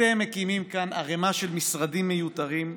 אתם מקימים כאן ערמה של משרדים מיותרים.